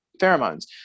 pheromones